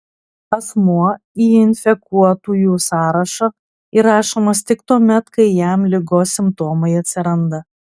asmuo į infekuotųjų sąrašą įrašomas tik tuomet kai jam ligos simptomai atsiranda